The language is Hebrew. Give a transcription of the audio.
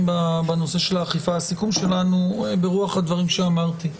הסיכום שלנו ברוח הדברים שאמרתי,